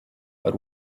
but